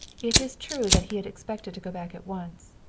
it is true that he had expected to go back at once.